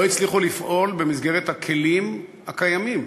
לא הצליחו לפעול במסגרת הכלים הקיימים,